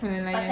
melayang-layang